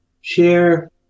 Share